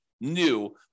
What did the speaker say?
new